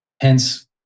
Hence